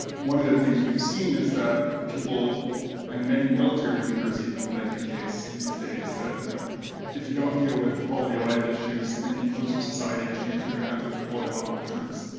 but one of the things we've seen is that people and many military leaders even will make the case these days that you know if you don't deal with the quality of life issues and the inclusive society issues, you're gonna have to deploy a lot more troops.